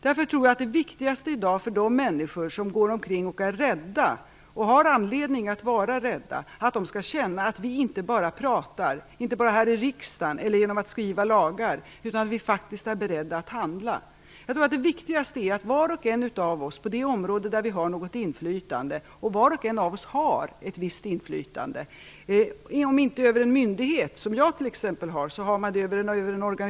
Därför tror jag att det viktigaste i dag för de människor som går omkring och är rädda, och har anledning att vara rädda, är att känna att vi inte bara pratar - här i riksdagen eller genom att skriva lagar - utan att vi faktiskt är beredda att handla. Jag tror att det viktigaste är att var och en av oss på det område där vi har något inflytande i konkret handling visar att man menar det som våra lagar säger och som vi alla har givit uttryck för i dag.